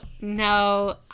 no